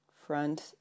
Front